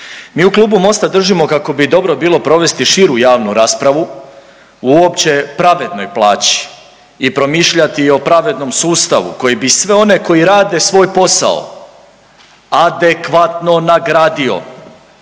Mi u Klubu Mosta držimo kako bi dobro bilo provesti širu javnu raspravu uopće pravednoj plaći i promišljati o pravednom sustavu koji bi sve one koji rade svoj posao a-de-kva-tno nagradio,